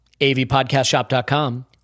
avpodcastshop.com